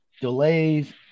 delays